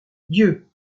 dieu